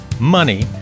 money